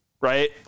right